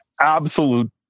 absolute